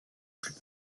plus